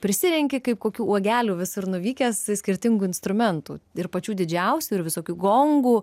prisirenki kaip kokių uogelių visur nuvykęs skirtingų instrumentų ir pačių didžiausių ir visokių gongų